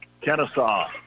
Kennesaw